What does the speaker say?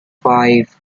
five